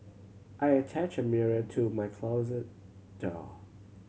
I attached a mirror to my closet door